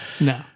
No